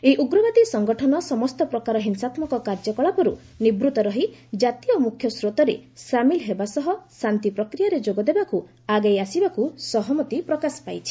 ଏହି ଉଗ୍ରବାଦୀ ସଙ୍ଗଠନ ସମସ୍ତ ପ୍ରକାର ହିଂସାତ୍କକ କାର୍ଯ୍ୟକଳାପରୁ ନିବୃତ୍ତ ରହି କାତୀୟ ମୁଖ୍ୟସ୍ରୋତରେ ସାମିଲ୍ ହେବା ସହ ଶାନ୍ତିପ୍ରକ୍ରିୟାରେ ଯୋଗ ଦେବାକୁ ଆଗେଇ ଆସିବାକୁ ସହମତି ପ୍ରକାଶ କରିଛି